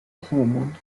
homon